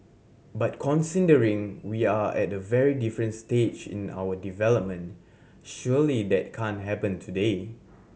but considering we are at a very different stage in our development surely that can't happen today